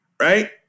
right